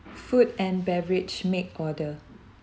food and beverage make order